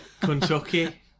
Kentucky